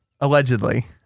Allegedly